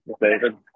David